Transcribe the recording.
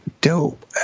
dope